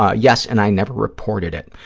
ah yes, and i never reported it.